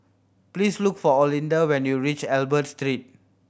please look for Olinda when you reach Albert Street